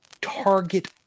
target